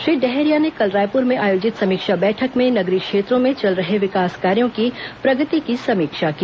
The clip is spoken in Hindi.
श्री डहरिया ने कल रायपुर में आयोजित समीक्षा बैठक में नगरीय क्षेत्रों में चल रहे विकास कार्यों की प्रगति की समीक्षा की